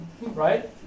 right